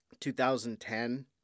2010